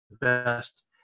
best